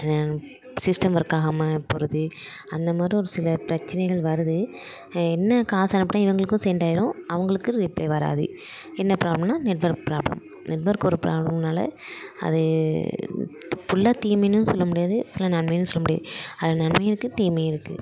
system work ஆகாமல் போகுது அந்த மாதிரி ஒரு சில பிரச்சினைகள் வருது என்ன காசை அனுப்பினா இவங்களுக்கும் சென்ட் ஆகிரும் அவங்களுக்கு ரீப்ளே வராது என்ன ப்ராப்ளம்னால் நெட்வொர்க் ப்ராப்ளம் நெட்வொர்க் ஒரு ப்ராப்ளம்னால் அது ஃபுல்லாக தீமையெனு சொல்ல முடியாது சில நன்மையினும் சொல்ல முடியாது அதில் நன்மையும் இருக்குது தீமையும் இருக்குது